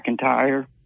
McIntyre